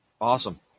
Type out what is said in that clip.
Awesome